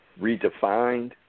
redefined